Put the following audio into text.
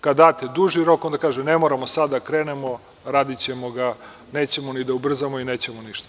Kada date duži rok, onda kaže, ne moramo sada da krenemo radićemo ga, nećemo ni da ubrzamo i nećemo ništa.